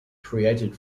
created